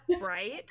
right